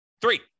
Three